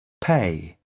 pay